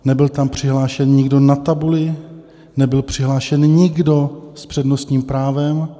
Nebyl tam přihlášený nikdo na tabuli, nebyl přihlášený nikdo s přednostním právem.